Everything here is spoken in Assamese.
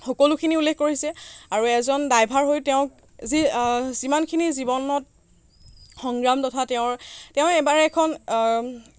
সকলোখিনি উল্লেখ কৰিছে আৰু এজন ড্ৰাইভাৰ হৈ তেওঁ যি যিমানখিনি জীৱনত সংগ্ৰাম তথা তেওঁৰ তেওঁ এবাৰ এখন